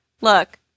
look